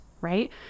right